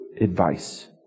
advice